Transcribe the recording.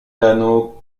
canot